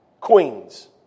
queens